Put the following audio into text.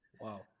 Wow